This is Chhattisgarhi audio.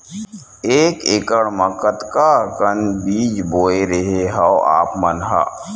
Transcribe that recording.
एक एकड़ म कतका अकन बीज बोए रेहे हँव आप मन ह?